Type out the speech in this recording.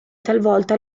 talvolta